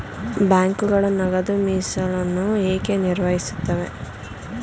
ಬ್ಯಾಂಕುಗಳು ನಗದು ಮೀಸಲನ್ನು ಏಕೆ ನಿರ್ವಹಿಸುತ್ತವೆ?